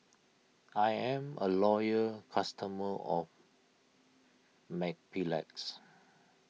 I'm a loyal customer of Mepilex